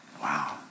wow